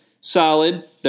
solid